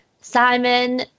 Simon